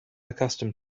accustomed